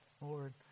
Lord